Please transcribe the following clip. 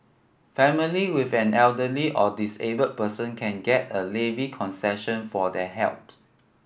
family with an elderly or disabled person can get a levy concession for their helps